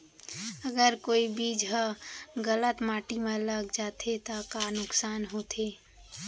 अगर कोई बीज ह गलत माटी म लग जाथे त का नुकसान होथे?